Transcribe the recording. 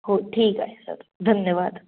हो ठीक आहे सर धन्यवाद